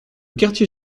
quartier